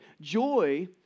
joy